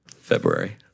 February